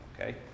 Okay